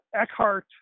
Eckhart